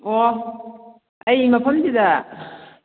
ꯑꯣ ꯑꯩ ꯃꯐꯝꯁꯤꯗ